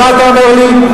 אז מה אתה אומר לי?